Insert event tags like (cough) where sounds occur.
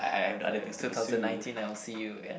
(noise) two thousand nineteen I''ll see you ya